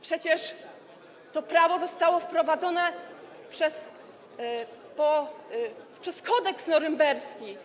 Przecież to prawo zostało wprowadzone przez Kodeks norymberski.